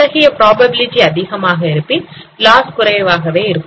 அத்தகைய புரோபாபிலிடி அதிகமாக இருப்பின் லாஸ் குறைவாகவே இருக்கும்